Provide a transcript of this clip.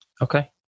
Okay